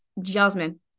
Jasmine